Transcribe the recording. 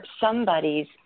somebody's